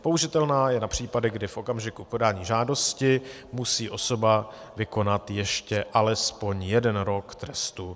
Použitelná je na případy, kdy v okamžiku podání žádosti musí osoba vykonat ještě alespoň jeden rok trestu odnětí svobody.